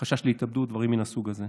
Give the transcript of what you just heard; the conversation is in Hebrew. חשש להתאבדות, דברים מן הסוג הזה.